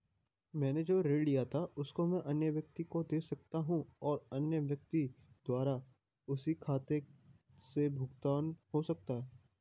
मैंने जो ऋण लिया था उसको मैं अन्य व्यक्ति को दें सकता हूँ और अन्य व्यक्ति द्वारा उसी के खाते से भुगतान हो सकता है?